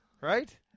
Right